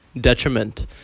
detriment